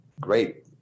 great